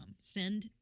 Send